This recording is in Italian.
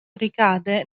ricade